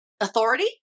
authority